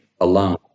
alone